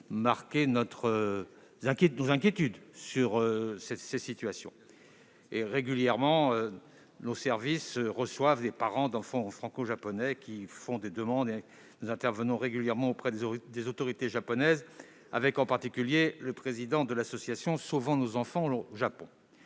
d'exprimer nos inquiétudes sur cette situation. Régulièrement, nos services reçoivent des parents d'enfants franco-japonais qui font des demandes et nous intervenons régulièrement auprès des autorités japonaises, en particulier avec le président du collectif Sauvons nos enfants Japon.